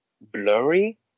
blurry